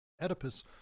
Oedipus